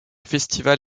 festival